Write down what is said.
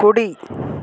కుడి